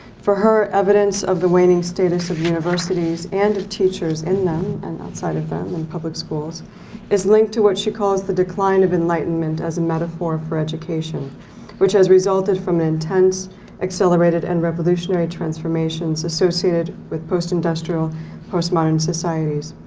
for her evidence of the waning status of universities and of teachers in them and outside of them in public schools is linked to what she calls the decline of enlightenment as a metaphor for education which has resulted from intense accelerated and revolutionary transformations associated with post industrial post modern societies.